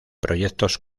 proyectos